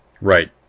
Right